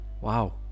wow